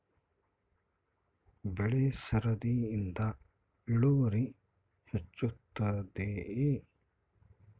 ಬೆಳೆ ಸರದಿಯಿಂದ ಇಳುವರಿ ಹೆಚ್ಚುತ್ತದೆಯೇ?